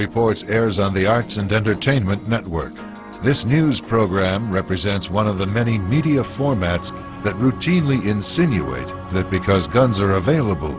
reports airs on the arts and entertainment network this news program represents one of the many media formats that routinely insinuate that because guns are available